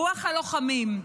רוח הלוחמים,